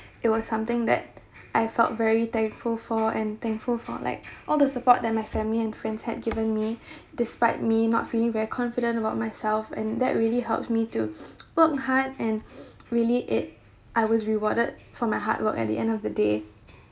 it was something that I felt very thankful for and thankful for like all the support that my family and friends had given me despite me not feeling very confident about myself and that really helps me to work hard and really it I was rewarded for my hard work at the end of the day